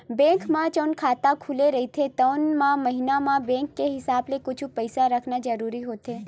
bank म जउन बचत खाता खुले रहिथे तउन म महिना म बेंक के हिसाब ले कुछ पइसा रखना जरूरी होथे